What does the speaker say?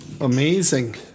Amazing